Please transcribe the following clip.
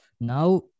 now